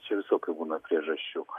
čia visokių būna priežasčių